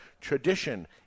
tradition